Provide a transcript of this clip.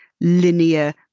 linear